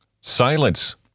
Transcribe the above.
Silence